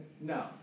No